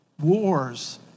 wars